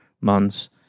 months